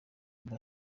amb